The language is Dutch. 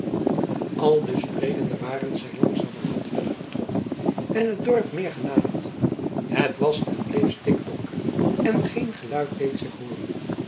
aldus sprekende waren zij langzamerhand verder getrokken en het dorp meer genaderd het was en bleef stikdonker en geen geluid deed zich hooren